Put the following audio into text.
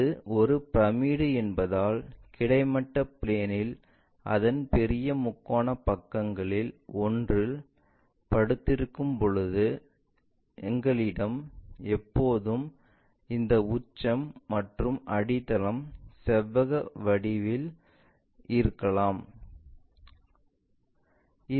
அது ஒரு பிரமிடு என்பதால் கிடைமட்ட பிளேன்இல் அதன் பெரிய முக்கோண முகங்களில் ஒன்றில் படுத்திருக்கும் போது எங்களிடம் எப்போதும் இந்த உச்சம் மற்றும் அடித்தளம் செவ்வக வடிவில் இருக்கலாம்